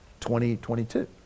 2022